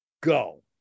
Go